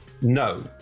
no